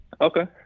Okay